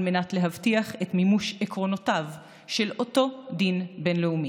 על מנת להבטיח את מימוש עקרונותיו של אותו דין בין-לאומי.